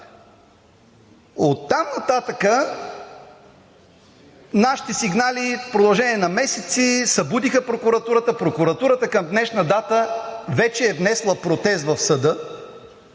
Оттам нататък нашите сигнали в продължение на месеци събудиха прокуратурата, прокуратурата към днешна дата вече е внесла протест в съда